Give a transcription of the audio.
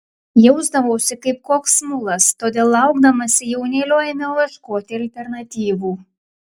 jausdavausi kaip koks mulas todėl laukdamasi jaunėlio ėmiau ieškoti alternatyvų